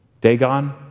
Dagon